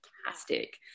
fantastic